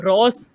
Ross